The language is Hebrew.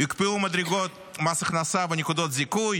יוקפאו מדרגות מס הכנסה ונקודות זיכוי,